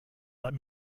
let